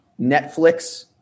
Netflix